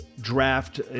draft